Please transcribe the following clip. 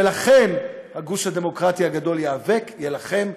ולכן, הגוש הדמוקרטי הגדול ייאבק, יילחם.